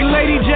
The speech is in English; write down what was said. Lady